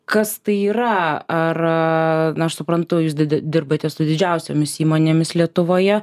kas tai yra ar na aš suprantu jūs dirbate su didžiausiomis įmonėmis lietuvoje